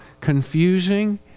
confusing